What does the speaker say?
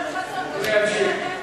אדוני ימשיך.